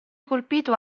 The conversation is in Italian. colpito